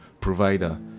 provider